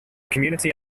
community